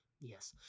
Yes